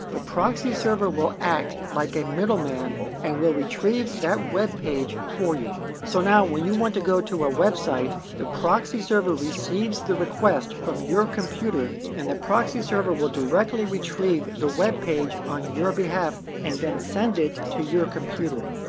the proxy server will act like a middleman and will retrieve that web page for you. so now when you want to go to a website, the proxy server receives the request from your computer and the proxy server will directly retrieve the web page on your behalf and then send it to your computer.